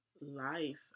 life